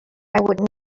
would